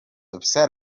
upset